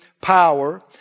power